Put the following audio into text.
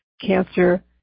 cancer